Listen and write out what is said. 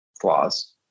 flaws